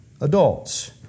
adults